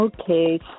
Okay